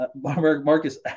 marcus